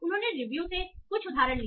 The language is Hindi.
उन्होंने रिव्यू से कुछ उदाहरण लिए